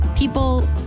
People